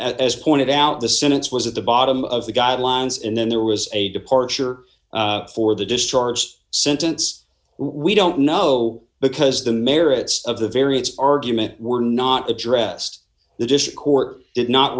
as pointed out the sentence was at the bottom of the guidelines and then there was a departure for d the discharged sentence we don't know because the merits of the variance argument were not addressed the dish court did not